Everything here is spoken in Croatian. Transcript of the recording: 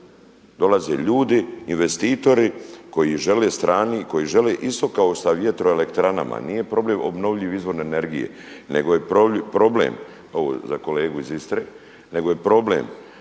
dolaze ljudi, investitori koji žele …/Govornik se ne razumije./…, koji žele isto kao sa vjetroelektranama, nije problem obnovljivi izvori energije nego je problem, ovo za kolegu iz Istre, nego je problem,